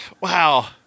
Wow